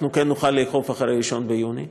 אנחנו כן נוכל לאכוף אחרי 1 ביוני,